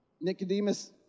Nicodemus